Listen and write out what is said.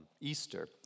Easter